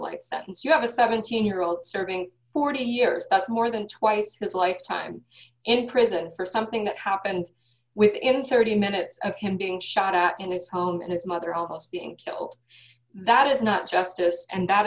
sentence you have a seventeen year old serving forty years that's more than twice his life time in prison for something that happened within thirty minutes of him being shot at in his home and his mother also being killed that is not justice and that